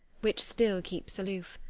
which still keeps aloof.